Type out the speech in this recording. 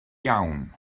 iawn